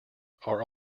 are